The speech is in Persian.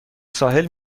ساحل